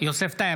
יוסף טייב,